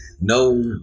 No